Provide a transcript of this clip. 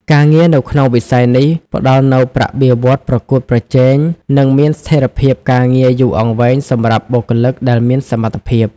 ការងារនៅក្នុងវិស័យនេះផ្តល់នូវប្រាក់បៀវត្សរ៍ប្រកួតប្រជែង និងមានស្ថិរភាពការងារយូរអង្វែងសម្រាប់បុគ្គលិកដែលមានសមត្ថភាព។